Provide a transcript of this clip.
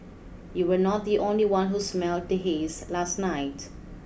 you were not the only one who smelled the haze last night